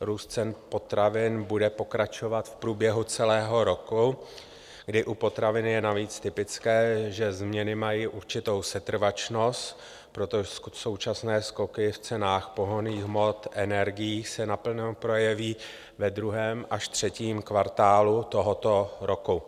Růst cen potravin bude pokračovat v průběhu celého roku, kdy u potravin je navíc typické, že změny mají určitou setrvačnost, proto současné skoky v cenách pohonných hmot, energiích se naplno projeví ve druhém až třetím kvartálu tohoto roku.